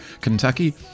Kentucky